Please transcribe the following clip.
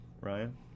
Ryan